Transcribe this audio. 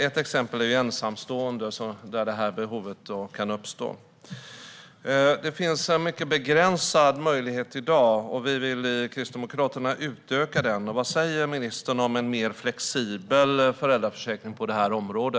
Ett exempel är ensamstående, där detta behov kan uppstå. Det finns i dag en mycket begränsad möjlighet, och vi i Kristdemokraterna vill utöka den. Vad säger ministern om en mer flexibel föräldraförsäkring på detta område?